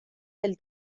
del